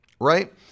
right